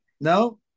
No